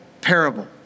parable